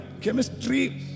chemistry